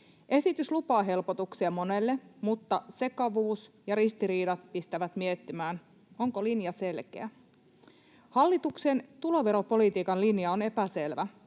Esitys lupaa helpotuksia monelle, mutta sekavuus ja ristiriidat pistävät miettimään, onko linja selkeä. Hallituksen tuloveropolitiikan linja on epäselvä.